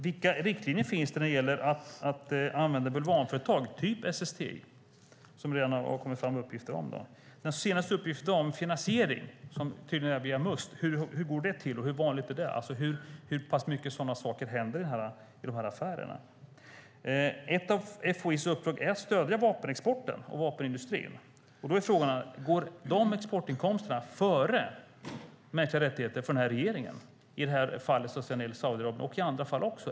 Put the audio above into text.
Vilka riktlinjer finns det när det gäller att använda bulvanföretag typ SSTI? Den senaste uppgiften i dag om finansieringen är att den tydligen går via Must. Hur går det till? Hur vanligt är det? Hur många sådana saker händer i de här affärerna? Ett av FOI:s uppdrag är att stödja vapenexporten och vapenindustrin. Då är frågan: Går de exportinkomsterna före mänskliga rättigheter för regeringen i fallet Saudiarabien och i andra fall också?